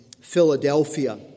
Philadelphia